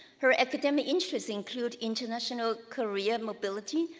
her academic interests include international career mobility,